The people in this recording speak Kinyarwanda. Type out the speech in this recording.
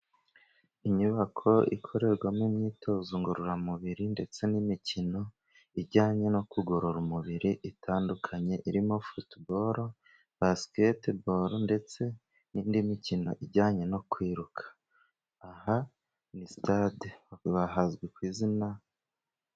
Inyubako ikorerwamo imyitozo ngororamubiri, ndetse n'imikino ijyanye no kugorora umubiri itandukanye, irimo futuboro, basiketeboro, ndetse n'indi mikino ijyanye no kwiruka, aha ni sitade hazwi ku izina...